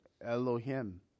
Elohim